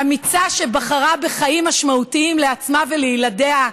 אמיצה, שבחרה בחיים משמעותיים לעצמה ולילדיה,